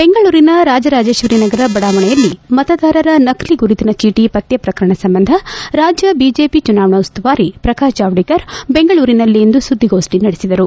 ಬೆಂಗಳೂರಿನ ರಾಜರಾಜೇಶ್ವರಿ ನಗರ ಬಡಾವಣೆಯಲ್ಲಿ ಮತದಾರರ ನಕಲಿ ಗುರುತಿನ ಚೀಟಿ ಪತ್ತೆ ಪ್ರಕರಣ ಸಂಬಂಧ ರಾಜ್ಯ ಬಿಜೆಪಿ ಚುನಾವಣಾ ಉಸ್ತುವಾರಿ ಪ್ರಕಾಶ್ ಜಾವಡೇಕರ್ ಬೆಂಗಳೂರಿನಲ್ಲಿಂದು ಸುದ್ದಿಗೋಷ್ಟಿ ನಡೆಸಿದರು